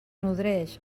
nodreix